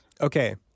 Okay